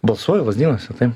balsuoju lazdynuose tai